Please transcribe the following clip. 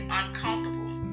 uncomfortable